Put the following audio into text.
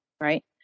right